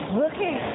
looking